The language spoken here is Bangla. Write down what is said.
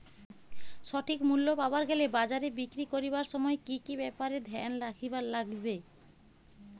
সঠিক মূল্য পাবার গেলে বাজারে বিক্রি করিবার সময় কি কি ব্যাপার এ ধ্যান রাখিবার লাগবে?